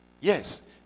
Yes